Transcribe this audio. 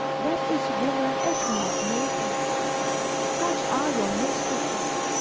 that is woman as we have made her such are your mistresses.